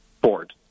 board